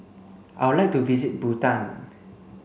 I would like to visit Bhutan